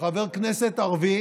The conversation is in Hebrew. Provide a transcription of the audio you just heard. שחבר כנסת ערבי